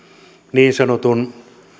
niin sanotun